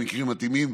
במקרים מתאימים,